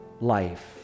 life